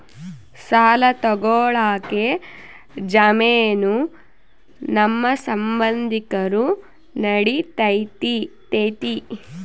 ಸಾಲ ತೊಗೋಳಕ್ಕೆ ಜಾಮೇನು ನಮ್ಮ ಸಂಬಂಧಿಕರು ನಡಿತೈತಿ?